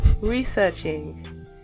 researching